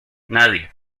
nadie